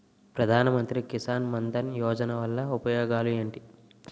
ప్రధాన మంత్రి కిసాన్ మన్ ధన్ యోజన వల్ల ఉపయోగాలు ఏంటి?